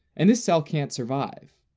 and this cell can't survive,